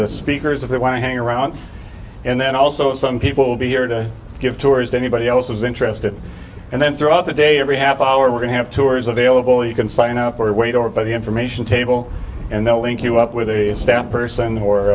the speakers if they want to hang around and then also some people will be here to give tours anybody else is interested and then throughout the day every half hour we're going to have tours available you can sign up for weight or by the information table and then link you up with a staff person